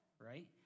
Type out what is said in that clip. right